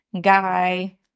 guy